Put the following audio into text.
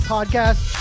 Podcast